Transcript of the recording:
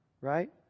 right